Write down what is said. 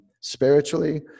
spiritually